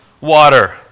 water